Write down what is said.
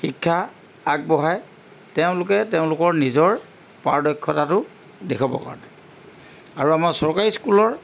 শিক্ষা আগবঢ়ায় তেওঁলোকে তেওঁলোকৰ নিজৰ পাৰদক্ষতাটো দেখুৱাবৰ কাৰণে আৰু আমাৰ চৰকাৰী স্কুলৰ